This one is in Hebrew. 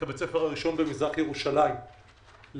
בית הספר הראשון במזרח ירושלים למחוננים.